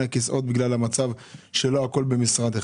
הכיסאות בגלל המצב שלא הכול מרוכז במשרד אחד.